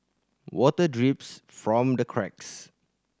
water drips from the cracks